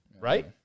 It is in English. right